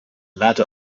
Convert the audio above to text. ladder